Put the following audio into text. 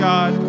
God